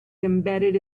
embedded